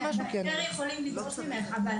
בהיתר יכולים לדרוש ממך.